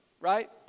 right